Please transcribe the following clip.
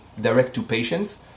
direct-to-patients